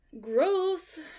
Gross